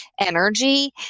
energy